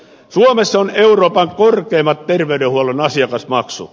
suomessa on euroopan korkeimmat terveydenhuollon asiakasmaksut